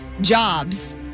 jobs